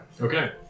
Okay